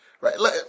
right